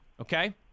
okay